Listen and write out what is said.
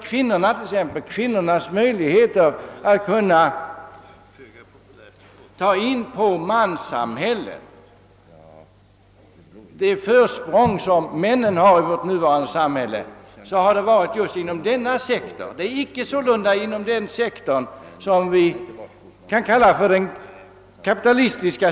Kvinnornas möjligheter att kunna ta in på det försprång som männen har i vårt nuvarande samhälle har ökat inom denna sektor och inte inom den sektor som vi kan kalla den kapitalistiska.